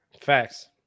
Facts